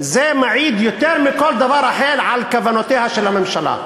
זה מעיד יותר מכל דבר אחר על כוונותיה של הממשלה,